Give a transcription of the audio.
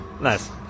Nice